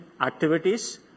activities